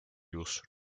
use